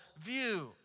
view